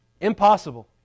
Impossible